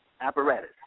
apparatus